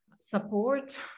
support